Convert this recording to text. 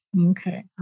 Okay